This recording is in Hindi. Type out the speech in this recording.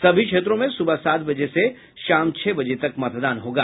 सभी क्षेत्रों में सुबह सात बजे से शाम छह बजे तक मतदान होगा